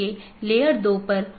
आज हम BGP पर चर्चा करेंगे